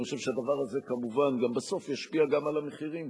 אני חושב שהדבר הזה בסוף ישפיע כמובן גם על המחירים,